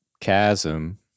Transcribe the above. chasm